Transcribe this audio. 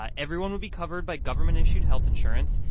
ah everyone will be covered by government-issued health insurance.